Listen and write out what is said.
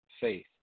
faith